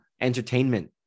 Entertainment